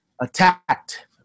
attacked